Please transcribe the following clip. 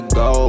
go